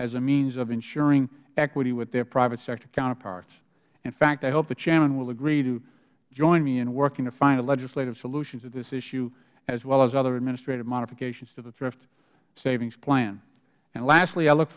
as a means of ensuring equity with their private sector counterparts in fact i hope the chairman will agree to join me in working to find a legislative solution to this issue as well as other administrative modifications to the thrift savings plan lastly i look